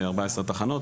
14 תחנות,